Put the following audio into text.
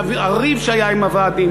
והריב שהיה עם הוועדים,